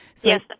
Yes